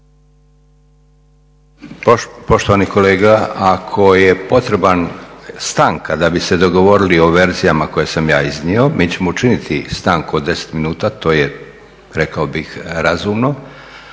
Poštovani kolega, ako je potrebna stanka da bi se dogovorili o verzijama koje sam ja iznio mi ćemo učiniti stanku od 10 minuta. To je rekao bih razumno.